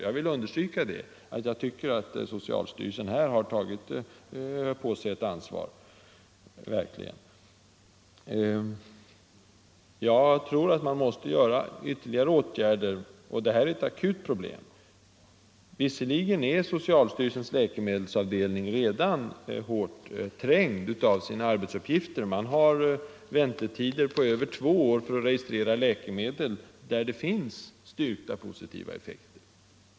Jag vill understryka att socialstyrelsen verkligen har ett ansvar för detta. Jag tror att man måste vidta ytterligare åtgärder, och det här är ett akut problem. Visserligen är socialstyrelsens läkemedelsavdelning redan hårt trängd av sina arbetsuppgifter. Man har väntetider på över två år för att registrera läkemedel som har styrkta, positiva effekter.